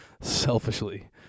selfishly